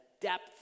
depth